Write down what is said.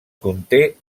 conté